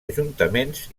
ajuntaments